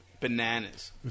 bananas